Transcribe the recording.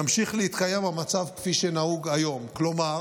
ימשיך להתקיים המצב כפי שנהוג היום, כלומר